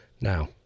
now